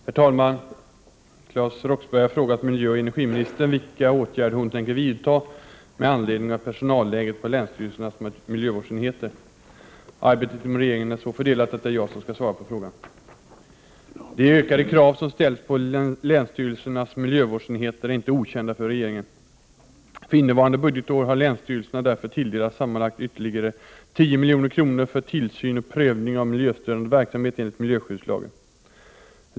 Herr talman! Claes Roxbergh har frågat miljöoch energiministern vilka åtgärder hon tänker vidta med anledning av personalläget på länsstyrelsernas miljövårdsenheter. Arbetet inom regeringen är så fördelat att det är jag som skall svara på frågan. De ökade krav som ställs på länsstyrelsernas miljövårdsenheter är inte okända för regeringen. För innevarande budgetår har länsstyrelserna därför tilldelats sammanlagt ytterligare 10 milj.kr. för tillsyn och prövning av miljöstörande verksamhet enligt miljöskyddslagen.